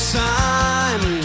time